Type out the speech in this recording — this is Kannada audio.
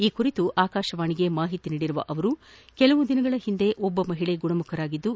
ಈ ಕುರಿತು ಆಕಾಶವಾಣಿಗೆ ಮಾಹಿತಿ ನೀಡಿರುವ ಅವರು ಕೆಲವು ದಿನಗಳ ಹಿಂದೆ ಒಬ್ಬ ಮಹಿಳೆ ಗುಣಮುಖರಾಗಿದ್ದು